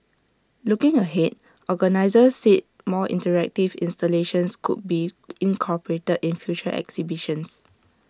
looking ahead organisers said more interactive installations could be incorporated in future exhibitions